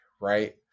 right